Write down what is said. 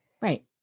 right